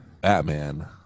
Batman